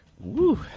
Woo